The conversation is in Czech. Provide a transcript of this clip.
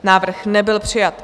Návrh nebyl přijat.